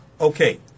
Okay